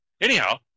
anyhow